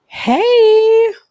Hey